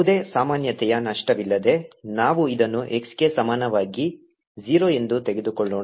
ಯಾವುದೇ ಸಾಮಾನ್ಯತೆಯ ನಷ್ಟವಿಲ್ಲದೆ ನಾವು ಇದನ್ನು x ಗೆ ಸಮಾನವಾಗಿ 0 ಎಂದು ತೆಗೆದುಕೊಳ್ಳೋಣ